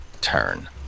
turn